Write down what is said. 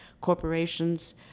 corporations